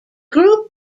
group